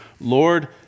Lord